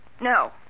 No